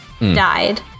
died